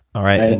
alright.